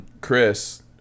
Chris